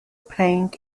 playing